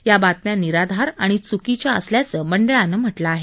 या बातम्या निराधार आणि चुकीच्या असल्याचं मंडळानं म्हटलं आहे